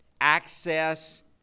access